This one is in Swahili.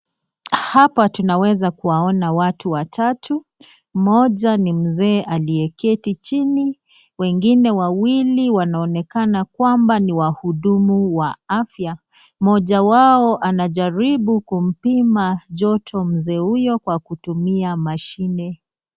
Hapa tunaweza kuwaona watu watatu, mmoja ni mzee aliyeketi chini wengine wawili wanaonekana kwamba ni wahudumu wa afya. Mmoja wao anajaribu kumpima joto mzee huyo kwa kutumia mashine.